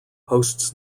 hosts